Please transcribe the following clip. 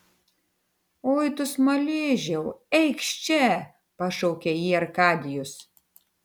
oi tu smaližiau eikš čia pašaukė jį arkadijus